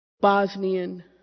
Bosnian